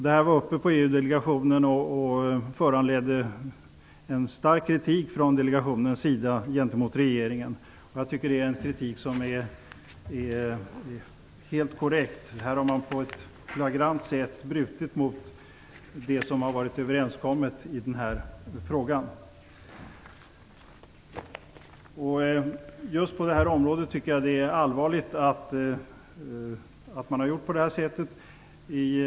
Detta var uppe hos EU-delegationen och föranledde en stark kritik från delegationens sida gentemot regeringen. Den kritiken är helt korrekt. Man har på ett flagrant sätt brutit mot det som har varit överenskommet i den här frågan. Det är allvarligt att man har gjort så här just på detta område.